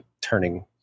turning